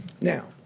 now